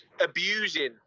abusing